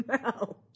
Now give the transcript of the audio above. No